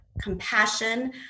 compassion